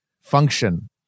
function